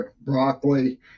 broccoli